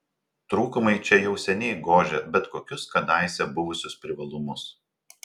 trūkumai čia jau seniai gožia bet kokius kadaise buvusius privalumus